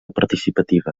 participativa